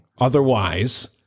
Otherwise